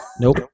Nope